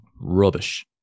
rubbish